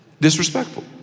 Disrespectful